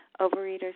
Overeaters